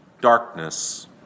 darkness